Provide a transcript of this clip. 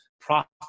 profit